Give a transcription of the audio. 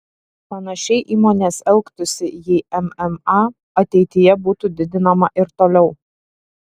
panašiai įmonės elgtųsi jei mma ateityje būtų didinama ir toliau